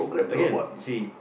again you see